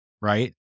right